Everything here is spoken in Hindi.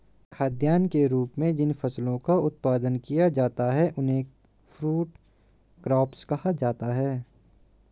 खाद्यान्न के रूप में जिन फसलों का उत्पादन किया जाता है उन्हें फूड क्रॉप्स कहा जाता है